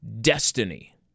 destiny